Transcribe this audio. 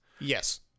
Yes